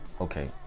Okay